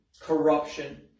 corruption